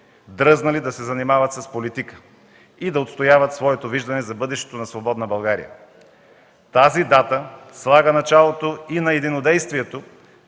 дръзнали да се занимават с политика и да отстояват своето виждане за бъдещето на свободна България. Тази дата слага началото и на единодействието